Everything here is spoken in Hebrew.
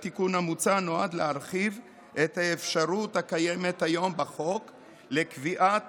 התיקון המוצע נועד להרחיב את האפשרות הקיימת היום בחוק לקביעת